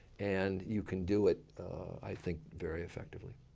and you can do it i think very effectively.